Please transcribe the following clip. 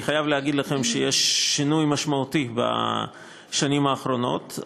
אני חייב להגיד לכם שיש שינוי משמעותי בשנים האחרונות,